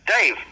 Dave